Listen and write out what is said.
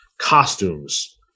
costumes